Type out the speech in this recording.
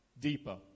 deeper